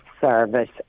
service